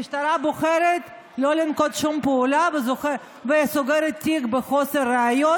המשטרה בוחרת לא לנקוט שום פעולה וסוגרת את התיק מחוסר ראיות,